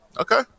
Okay